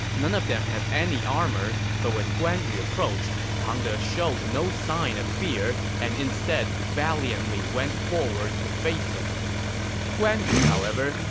none of them had any armor, but when guan yu approached, pang de showed no sign of fear and instead valiantly went forward to face him guan yu, however,